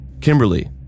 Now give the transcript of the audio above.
Kimberly